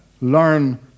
learn